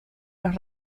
los